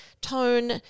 tone